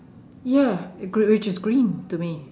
ya green which is green to me